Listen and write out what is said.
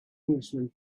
englishman